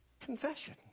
Confession